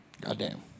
Goddamn